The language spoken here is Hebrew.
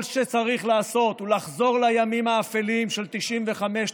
כל שצריך לעשות הוא לחזור לימים האפלים של 1995,